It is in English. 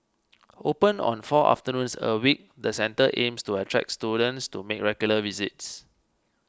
open on four afternoons a week the centre aims to attract students to make regular visits